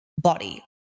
body